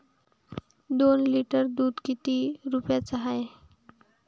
दोन लिटर दुध किती रुप्याचं हाये?